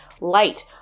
light